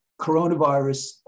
coronavirus